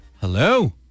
hello